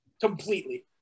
completely